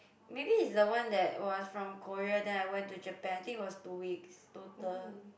maybe it's the one that was from Korea then I went to Japan I think it was two weeks total